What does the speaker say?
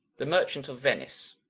the merchant of venice